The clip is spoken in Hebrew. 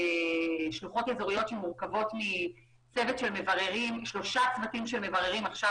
שלוחות אזוריות שמורכבות משלושה צוותים של מבררים עכשיו,